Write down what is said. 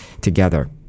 together